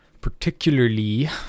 Particularly